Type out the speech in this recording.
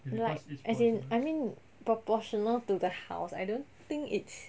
like as in I mean proportional to the house I don't think it's